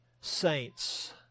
saints